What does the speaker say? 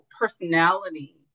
personality